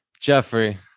Jeffrey